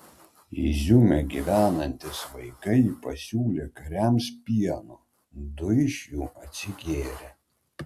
iziume gyvenantys vaikai pasiūlė kariams pieno du iš jų atsigėrė